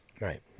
right